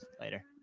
later